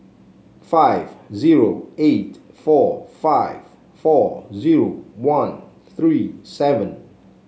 five zero eight four five four zero one three seven